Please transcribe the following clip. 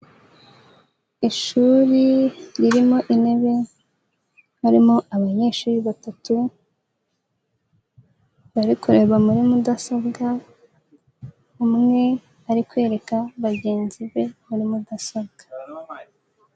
Ishuri ririmo intebe, harimo abanyeshuri batatu, bari kureba muri mudasobwa, umwe ari kwereka bagenzi be muri mudasobwa.